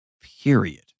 period